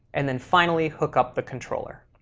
and then finally hook up the controller.